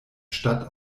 stadt